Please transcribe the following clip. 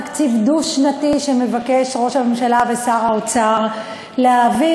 תקציב דו-שנתי שמבקשים ראש הממשלה ושר האוצר להעביר.